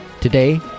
Today